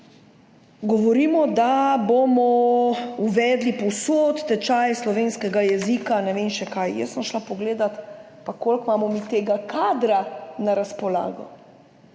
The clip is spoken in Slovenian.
Govorimo, da bomo uvedli povsod tečaje slovenskega jezika, ne vem, kaj še. Jaz sem šla pogledat, koliko pa imamo mi tega kadra na razpolago.